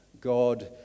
God